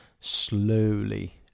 slowly